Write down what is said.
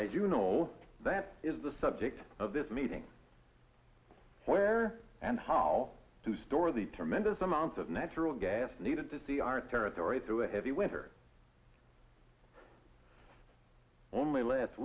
and you know that is the subject of this meeting where and how to store the tremendous amounts of natural gas needed to see our territory through a heavy winter only last